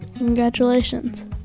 Congratulations